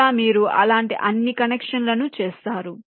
ఇలా మీరు అలాంటి అన్ని కనెక్షన్లను చేస్తారు